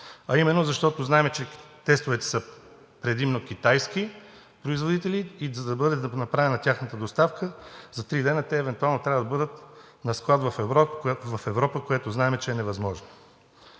а именно, защото знаем, че тестовете са предимно с китайски производители и за да бъде направена тяхната доставка за три дни, те евентуално трябва да бъдат на склад в Европа, което знаем, че е невъзможно.